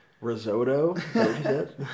risotto